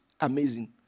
amazing